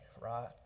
right